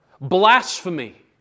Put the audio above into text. Blasphemy